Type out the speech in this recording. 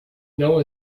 know